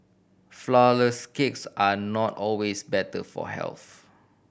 flourless cakes are not always better for health